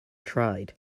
tried